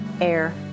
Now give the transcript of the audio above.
air